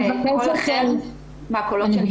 בסוף יש עניין מאוד מאוד משמעותי להכשרה של אנשי המקצוע.